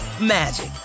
magic